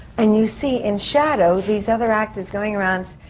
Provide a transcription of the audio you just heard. and you see, in shadow, these other actors going around.